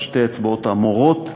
של שתי האצבעות המורות,